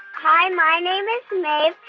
hi. my name is may.